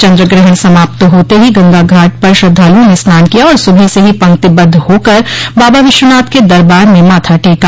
चन्द्र ग्रहण समाप्त होते ही गंगा घाट पर श्रद्वालुओं ने स्नान किया और सुबह से ही पंक्तिबद्ध होकर बाबा विश्वनाथ के दरबार में माथा टेका